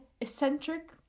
eccentric